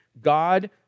God